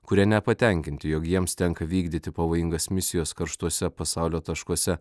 kurie nepatenkinti jog jiems tenka vykdyti pavojingas misijas karštuose pasaulio taškuose